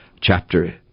chapter